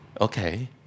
Okay